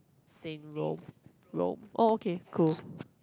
oh okay cool